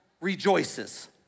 rejoices